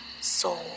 soul